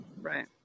Right